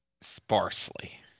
sparsely